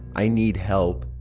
i need help.